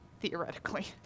Theoretically